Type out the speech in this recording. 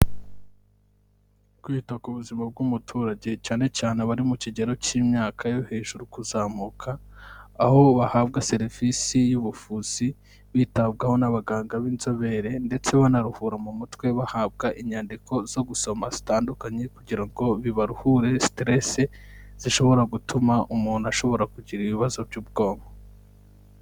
Kwita ku buzima bw'umuturage, cyane cyane abari mu kigero cy'imyaka yo hejuru kuzamuka, aho bahabwa serivisi y'ubuvuzi, bitabwaho n'abaganga b'inzobere ndetse banaruhura mu mutwe, bahabwa inyandiko zo gusoma zitandukanye kugira ngo bibaruhure stress zishobora gutuma umuntu ashobora kugira ibibazo by'ubwonko.